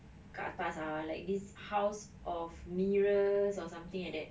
kat atas ah like this house of mirrors or something like that